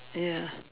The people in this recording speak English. ya